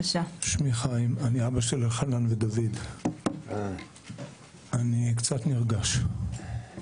אני אבא של חנן ודוד, ואני קצת נרגש.